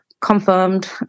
confirmed